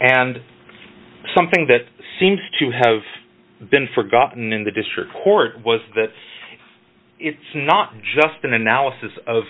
and something that seems to have been forgotten in the district court was that it's not just an analysis of